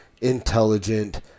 intelligent